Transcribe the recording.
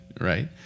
Right